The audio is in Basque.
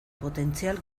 potentzial